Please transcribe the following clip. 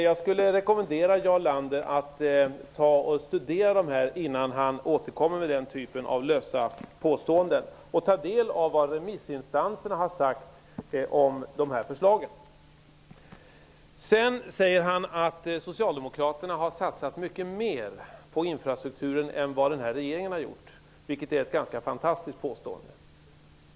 Jag rekommenderar Jarl Lander att studera de skrifterna innan han återkommer med lösa påståenden av det slag som vi hörde nyss och att han också tar del av vad remissinstanserna har sagt om förslagen. Sedan sade Jarl Lander att Socialdemokraterna har satsat mycket mer på infrastrukturen än vad den nuvarande regeringen har gjort, vilket är ett ganska fantastiskt påstående.